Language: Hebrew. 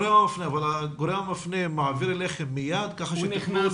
אבל הגורם המפנה מעביר אליכם מיד כך שתוכלו